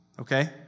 okay